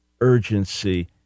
urgency